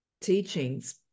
teachings